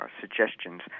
suggestions